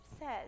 says